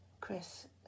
chris